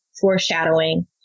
foreshadowing